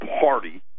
party